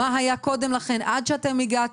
מה היה קודם לכן עד שהגעתם?